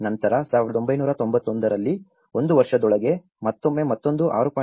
ನಂತರ 1991 ರಲ್ಲಿ ಒಂದು ವರ್ಷದೊಳಗೆ ಮತ್ತೊಮ್ಮೆ ಮತ್ತೊಂದು 6